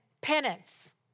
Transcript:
penance